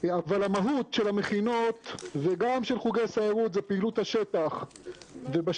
אבל המהות של המכינות וגם של חוגי סיירות זה פעילות השטח ובשטח,